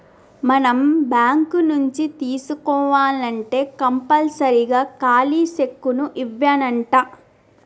మనం బాంకు నుంచి తీసుకోవాల్నంటే కంపల్సరీగా ఖాలీ సెక్కును ఇవ్యానంటా